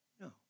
No